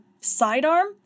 sidearm